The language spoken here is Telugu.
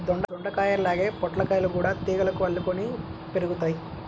దొండకాయల్లాగే పొట్లకాయలు గూడా తీగలకు అల్లుకొని పెరుగుతయ్